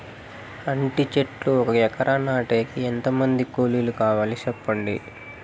అంటి చెట్లు ఒక ఎకరా నాటేకి ఎంత మంది కూలీలు కావాలి? సెప్పండి?